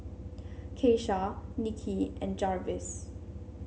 Keisha Nikki and Jarvis